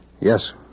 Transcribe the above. Yes